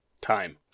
Time